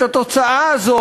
את התוצאה הזו,